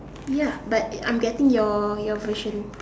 ya but I'm getting your your version